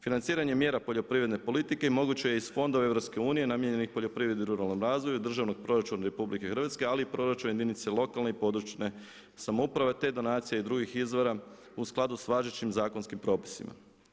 Financiranje mjera poljoprivredne politike moguće je iz Fondova EU namijenjenih poljoprivredi ruralnom razvoju i državnog proračuna RH ali i proračuna jedinica lokalne i područne samouprave te donacija i drugih izvora u skladu sa važećim zakonskim propisima.